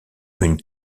une